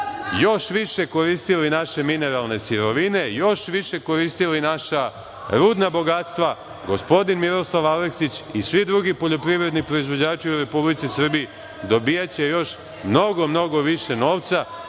još više koristili naše mineralne sirovine, još više koristili naša rudna bogatstva, gospodin Miroslav Aleksić i svi drugi poljoprivredni proizvođači u Republici Srbiji dobijaće još mnogo, mnogo više novca